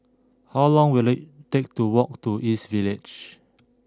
how long will it take to walk to East Village